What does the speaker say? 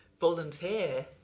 volunteer